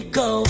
go